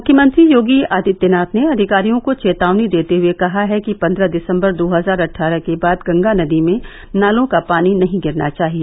मुख्यमंत्री योगी आदित्यनाथ ने अधिकारियों को चेतावनी देते हुए कहा है कि पन्द्रह दिसम्बर दो हजार अट्ठारह के बाद गंगा नदी में नालों का पानी नहीं गिरना चाहिए